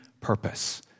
purpose